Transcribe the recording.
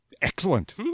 Excellent